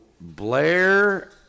Blair